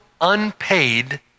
unpaid